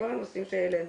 כל הנושאים שהעלנו.